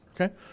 Okay